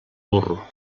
burro